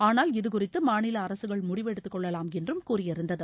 ஆனால் இதுகுறித்து மாநில அரசுகள் முடிவு எடுத்துக் கொள்ளலாம் என்றும் கூறியிருந்தது